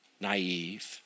naive